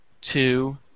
two